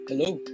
Hello